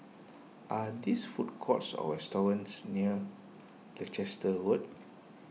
are this food courts or restaurants near Leicester Road